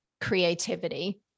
creativity